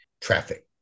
traffic